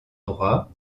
droit